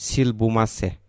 Silbumase